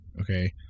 okay